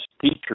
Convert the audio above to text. teacher